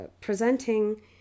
presenting